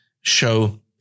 show